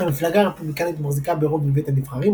המפלגה הרפובליקנית מחזיקה ברוב בבית הנבחרים,